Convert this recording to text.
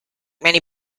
many